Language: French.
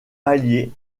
allié